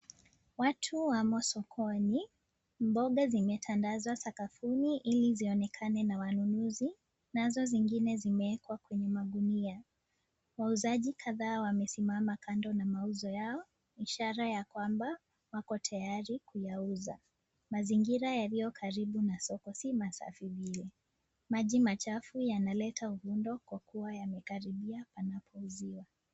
Watu wamo sokoni, mboga zimetandazwa sakafuni ili zionekane na wanunuzi nazo zingine zimewekwa kwenye magunia. Wauzaji kadhaa wamesimama kando ya mauzo yao ishara ya kwamba wako tayari kuyauza. Mazingira yaliyokaribu na soko si masafi vile. Maji machafu yanaleta ufundo kwa kuwa yamekaribia panapouziwa.